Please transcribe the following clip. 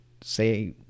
say